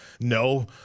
No